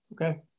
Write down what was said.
okay